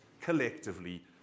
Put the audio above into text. collectively